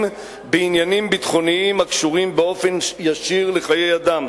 בעניינים ביטחוניים הקשורים באופן ישיר לחיי אדם.